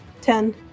Ten